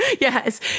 Yes